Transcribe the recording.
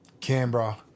Canberra